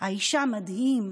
האישה: מדהים.